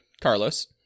Carlos